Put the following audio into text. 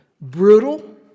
brutal